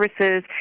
services